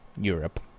Europe